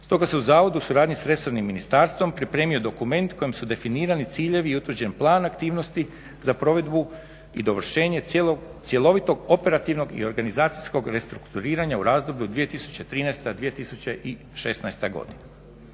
Stoga se u zavodu u suradnji s Resornim ministarstvom pripremio dokument kojim su definirani ciljevi i utvrđen plan aktivnosti za provedbu i dovršenje cjelovitog operativnog i organizacijskog restrukturiranja u razdoblju od 2013. do 2016. godine.